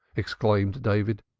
exclaimed david.